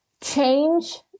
change